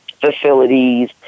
facilities